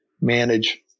manage